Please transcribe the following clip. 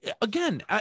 Again